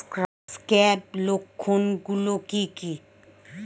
Scab লক্ষণ গুলো কি কি?